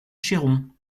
chéron